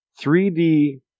3D